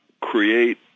create